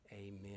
Amen